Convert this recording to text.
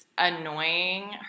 annoying